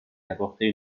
d’apporter